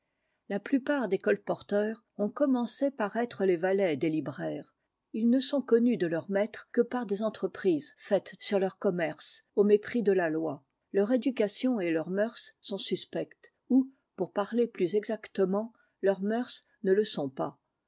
la plupart des colporteurs ont commencé par être les valets des libraires ils ne sont connus de leurs maîtres que par des entreprises faites sur leur commerce au mépris de la loi leur éducation et leurs mœurs sont suspectes ou pour parler plus exactement leurs mœurs ne le sont pas